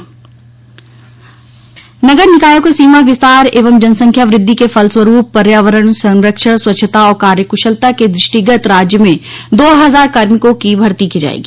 घोषणा नगर निकायों के सीमा विस्तार एवं जनसंख्या वृद्धि के फलरूवरूप पर्यावरण संरक्षण स्वच्छता और कार्यक्शलता के दृष्टिगत राज्य में दो हजार कार्मिकों की भर्ती की जायेगी